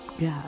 God